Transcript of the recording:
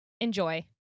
Enjoy